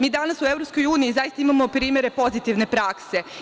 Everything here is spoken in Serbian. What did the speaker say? Mi danas u EU zaista imamo primere pozitivne prakse.